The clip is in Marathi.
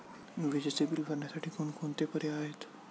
विजेचे बिल भरण्यासाठी कोणकोणते पर्याय आहेत?